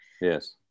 yes